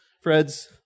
Fred's